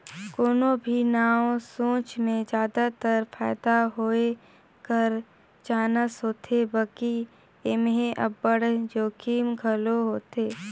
कोनो भी नावा सोंच में जादातर फयदा होए कर चानस होथे बकि एम्हें अब्बड़ जोखिम घलो होथे